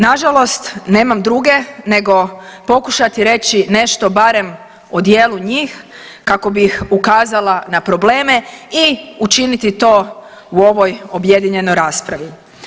Nažalost nemam druge nego pokušati reći nešto barem o dijelu njih kako bih ukazala na probleme i učiniti to u ovoj objedinjenoj raspravi.